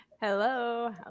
Hello